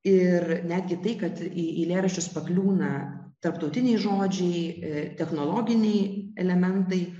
ir netgi tai kad į eilėraščius pakliūna tarptautiniai žodžiai technologiniai elementai